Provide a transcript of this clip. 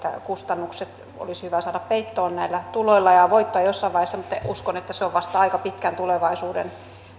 kustannukset olisi hyvä saada peittoon näillä tuloilla ja voittoa jossain vaiheessa mutta uskon että se on vasta aika pitkän tulevaisuuden